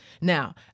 Now